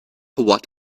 what